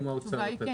כן.